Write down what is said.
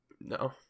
No